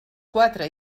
quatre